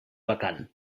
vacant